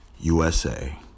USA